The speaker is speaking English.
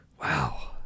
Wow